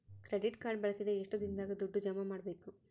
Credit card ಬಳಸಿದ ಎಷ್ಟು ದಿನದಾಗ ದುಡ್ಡು ಜಮಾ ಮಾಡ್ಬೇಕು?